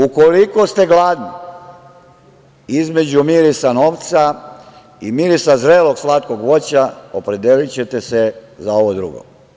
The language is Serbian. Ukoliko ste gladni između mirisa novca i mirisa zrelog slatkog voća opredelićete se za ovo drugo.